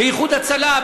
ב"איחוד הצלה",